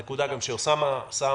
זו הנקודה שחבר הכנסת סעדי שם.